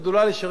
והיא כנראה,